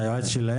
אתה גם יועץ שלהם?